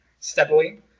steadily